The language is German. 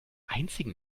einzigen